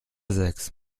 sechs